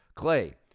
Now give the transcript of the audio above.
clay,